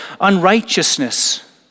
unrighteousness